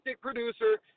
producer